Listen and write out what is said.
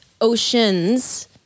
oceans